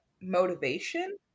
motivation